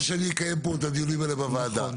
אתה רוצה שאני אקיים את הדיונים האלה בוועדה.